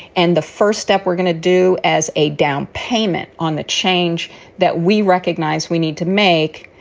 and the first step we're going to do as a down payment on the change that we recognize we need to make.